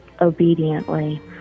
obediently